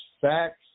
facts